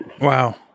Wow